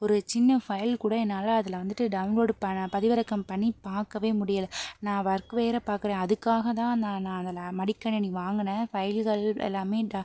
ஒரு சின்ன ஃபைல் கூட என்னால் அதில் வந்துட்டு டவுன்லோட் பன பதிவிறக்கம் பண்ணி பார்க்கவே முடியல நான் வொர்க் வேறு பார்க்கறேன் அதுக்காகத்தான் நான் நான் அந்த லே மடிக்கணினி வாங்குனேன் ஃபைல்கள் எல்லாமே ட